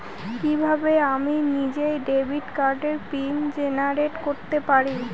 কিভাবে আমি নিজেই ডেবিট কার্ডের পিন জেনারেট করতে পারি?